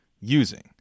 using